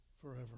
forever